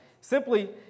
simply